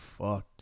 fucked